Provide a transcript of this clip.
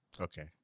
Okay